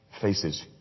faces